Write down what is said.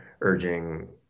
urging